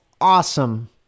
awesome